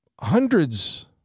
hundreds